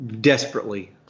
Desperately